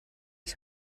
ich